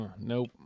Nope